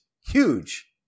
huge